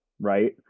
right